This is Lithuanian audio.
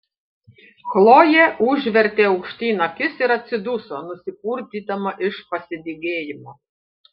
chlojė užvertė aukštyn akis ir atsiduso nusipurtydama iš pasidygėjimo